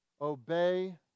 obey